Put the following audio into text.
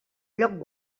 lloc